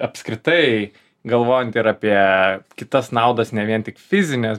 apskritai galvojant ir apie kitas naudas ne vien tik fizines